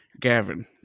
Gavin